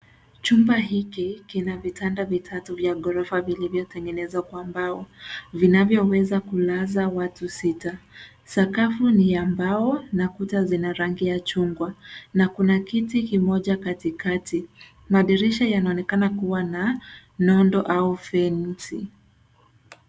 Chumba hiki kina vitanda vitatu vya ghorofa vilivyotengenezwa kwa mbao, vinavyoweza kulaza watu sita. Sakafu ni ya mbao na kuta zina rangi ya chungwa, na kuna kiti kimoja katikati. Madirisha yanaonekana kua na nondo au fenzi.